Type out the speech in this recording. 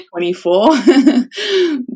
24